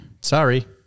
sorry